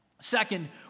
Second